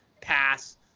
pass